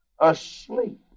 asleep